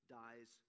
dies